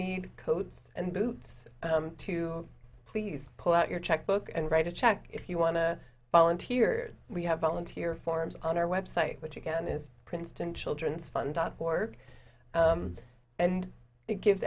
need coats and boots to please pull out your checkbook and write a check if you want to volunteer we have volunteer forms on our website which again is princeton children's fund dot org and it gives